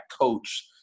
coach